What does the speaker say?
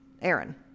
Aaron